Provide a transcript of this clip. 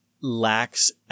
lacks